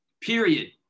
period